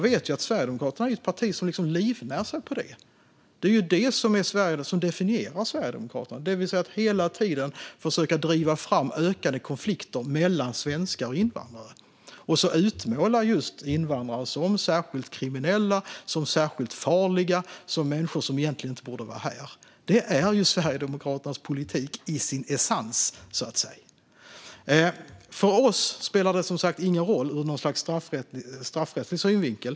Det som Sverigedemokraterna livnär sig på och som definierar Sverigedemokraterna är att hela tiden försöka driva fram ökade konflikter mellan svenskar och invandrare och utmåla invandrare som särskilt kriminella, särskilt farliga och människor som egentligen inte borde vara här. Det är essensen av Sverigedemokraternas politik. För oss spelar det som sagt ingen roll ur en straffrättslig synvinkel.